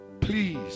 Please